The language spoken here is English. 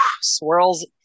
swirls